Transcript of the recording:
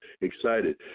excited